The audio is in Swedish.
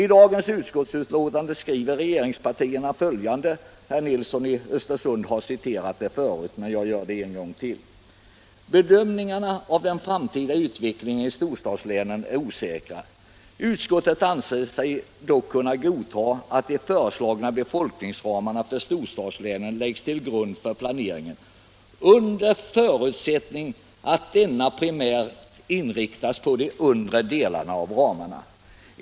I dagens betänkande skriver regeringspartierna följande — herr Nilsson i Östersund har tidigare citerat det, men jag gör det en gång till: ”Bedömningarna av den framtida utvecklingen i storstadslänen är osäkra. Utskottet anser sig dock kunna godta att de föreslagna befolkningsramarna för storstadslänen läggs till grund för planeringen under förutsättning att denna primärt inriktas på de undre delarna av ramarna.